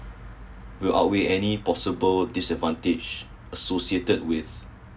would awake any possible disadvantage associated with